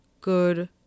good